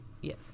Yes